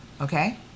okay